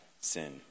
sin